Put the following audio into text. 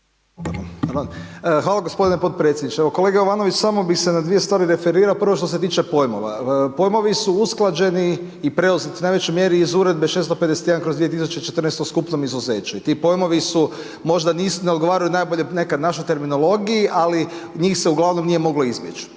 Hvala gospodine potpredsjedniče. Evo kolega Jovanović samo bi se na dvije stvari referirao, prvo što se tiče pojmova. Pojmovi su usklađeni i preuzeti u najvećoj mjeri iz uredbe 651/2014 o skupnom izuzeću i ti pojmovi su možda ne odgovaraju nekad najbolje našoj terminologiji, ali njih se uglavnom nije moglo izbjeć,